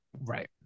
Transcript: Right